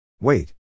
Wait